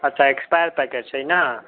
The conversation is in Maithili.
अच्छा एक्सपाइर पैकेट छै न